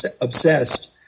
obsessed